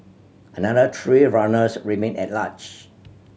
another three runners remain at large